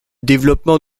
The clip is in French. développement